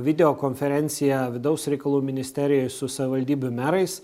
video konferenciją vidaus reikalų ministerijoj su savivaldybių merais